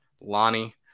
lonnie